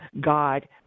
God –